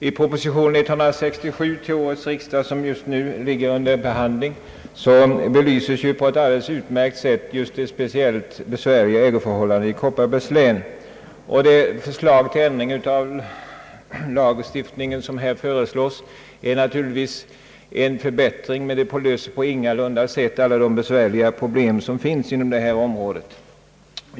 I proposition 167 till årets riksdag, som just nu ligger under behandling, belyses på ett utmärkt sätt just de speciellt besvärliga ägoförhållandena i Kopparbergs län, och det förslag till ändring av lagstiftningen som här framläggs är naturligtvis en förbättring men löser ingalunda alla de besvärliga problem som finns på detta område.